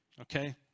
okay